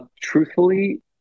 Truthfully